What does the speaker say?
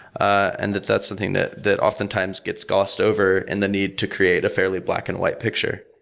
and that that's something that that often times gets gauzed over and the need to create a fairly black and white picture.